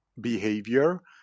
behavior